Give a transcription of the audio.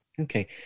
okay